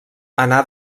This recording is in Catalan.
anà